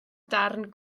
darn